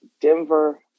Denver